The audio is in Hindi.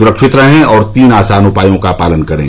सुरक्षित रहें और तीन आसान उपायों का पालन करें